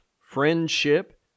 friendship